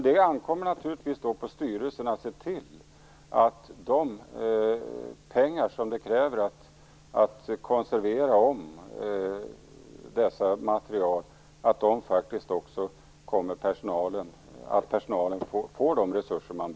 Det ankommer självfallet på styrelsen att se till att personalen får de resurser som behövs för att konservera om dessa material.